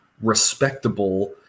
respectable